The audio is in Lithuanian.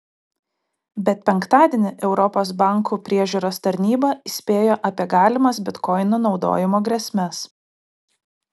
bet penktadienį europos bankų priežiūros tarnyba įspėjo apie galimas bitkoinų naudojimo grėsmes